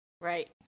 Right